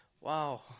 Wow